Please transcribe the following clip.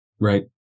Right